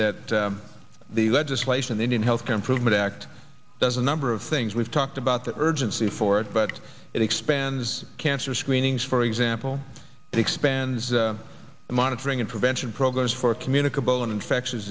that the legislation the indian health care improvement act does a number of things we've talked about the urgency for it but it expands cancer screenings for example it expands the monitoring and prevention programs for communicable and infectious